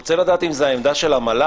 אני רוצה לדעת אם זאת העמדה של המל"ל,